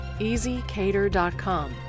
EasyCater.com